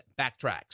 Backtracks